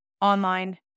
online